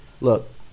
look